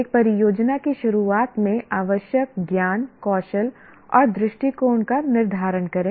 एक परियोजना की शुरुआत में आवश्यक ज्ञान कौशल और दृष्टिकोण का निर्धारण करें